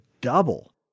double